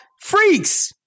freaks